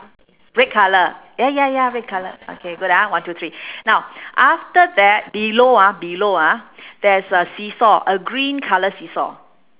red colour ya ya ya red colour okay good ah one two three now after that below ah below ah there's a seasaw a green colour seasaw